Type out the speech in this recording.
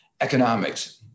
economics